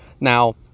Now